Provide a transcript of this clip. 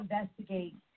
investigate